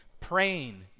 praying